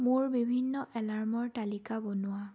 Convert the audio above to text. মোৰ বিভিন্ন এলাৰ্মৰ তালিকা বনোৱা